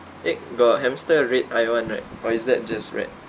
eh got hamster red eyed [one] right or is that just rat